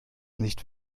nicht